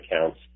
accounts